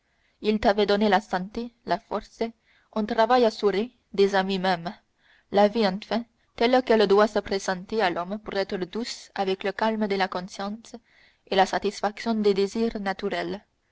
il t'avait donné la santé la force un travail assuré des amis même la vie enfin telle qu'elle doit se présenter à l'homme pour être douce avec le calme de la conscience et la satisfaction des désirs